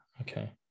Okay